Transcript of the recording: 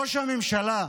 ראש הממשלה,